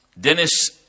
Dennis